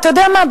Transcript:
אתה יודע מה,